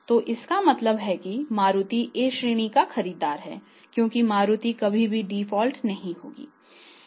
तो इसका मतलब है कि मारुति A श्रेणी का खरीदार है क्योंकि मारुति कभी भी डिफ़ॉल्ट नहीं होगी